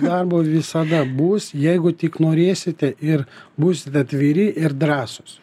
darbo visada bus jeigu tik norėsite ir busit atviri ir drąsūs